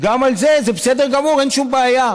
גם על זה, זה בסדר גמור, אין שום בעיה.